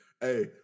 Hey